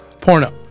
Porno